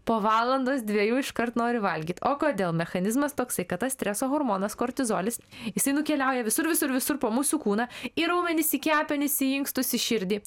po valandos dviejų iškart noriu valgyt o kodėl mechanizmas toks kad tas streso hormonas kortizolis jisai nukeliauja visur visur visur po mūsų kūną į raumenis į kepenis į inkstus į širdį